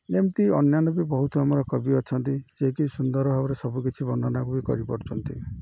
ଏମିତି ଅନ୍ୟାନ୍ୟ ବି ବହୁତ ଆମର କବି ଅଛନ୍ତି ଯିଏକି ସୁନ୍ଦର ଭାବରେ ସବୁକିଛି ବର୍ଣ୍ଣନାକୁ ବି କରିପାରୁଛନ୍ତି